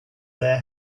their